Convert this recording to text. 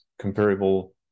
comparable